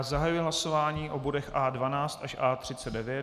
Zahajuji hlasování o bodech A12 až A39.